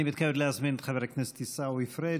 כי אני הייתי באה ואומרת: כי יש שוויון לכולם.